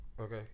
Okay